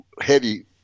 heavy